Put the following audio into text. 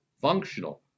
functional